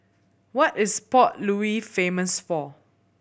what is Port Louis famous for